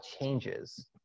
changes